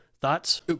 Thoughts